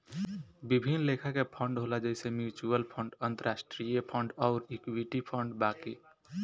विभिन्न लेखा के फंड होला जइसे म्यूच्यूअल फंड, अंतरास्ट्रीय फंड अउर इक्विटी फंड बाकी